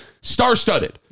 star-studded